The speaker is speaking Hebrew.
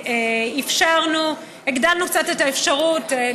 הגדלנו קצת את האפשרות,